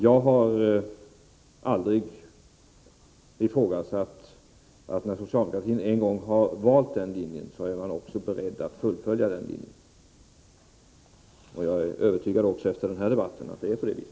Jag har aldrig ifrågasatt att socialdemokratin, när man en gång valt den linjen, också är beredd att följa den. Också efter den här debatten är jag övertygad om att det är på det viset.